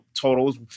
totals